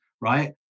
right